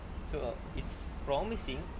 so err it's promising